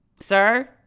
sir